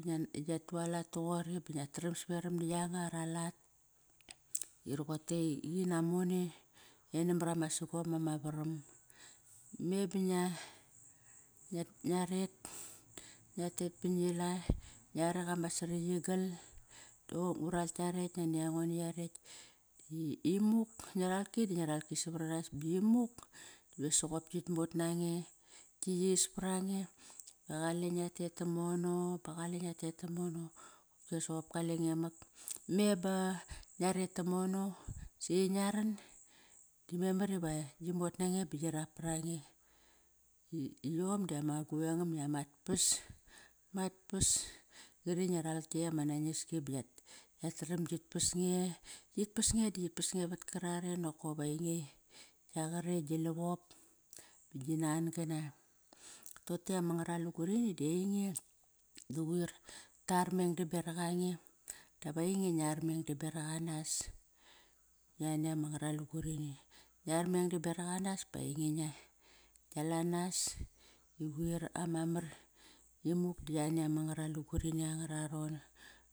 Di nguat tualat toqori ba ngia traram saveram na yanga ara lat. Rotei qin namone, en namar ama sagom ama varam. Me ba ngia rat ngiat tet ba ngi la, ngiarek ama saraktigal o ngu ral kiarekt nani ango na yarekt. Imuk, ngia ralki da ngia ralki savar anas bimuk ve soqop kit mot nange ki yis parange, va qale ngiat tet tomono, ba qale ngia tet tomono, qopki soqop kalenge mak. Me ba ngia ret tomono si ngia rar di memar iva qi mot nange ba qi rap par ange. Iom dama guvengam amat pas mat pas qari ngia ral kiekt ama nangiski ba yataram git pas nge. Qit pas di qit pas nge vat karare nokop ainge gia qare gi lavop, ginan-gana. Doqote ama ngaralugur ini di ainge da quir tar mengdam beraq qange dap ainge ngiar medam beraq anas yani ama ngara lugurini. Ngiar mengdam beraq anas ba ainge ngia lanas iquir ama marimuk da yani ama ngara lugurini anga raron.